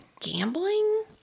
gambling